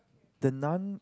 the Nun